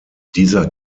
dieser